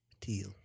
teal